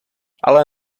ale